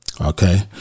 Okay